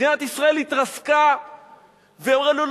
מדינת ישראל התרסקה ואמרה: לא,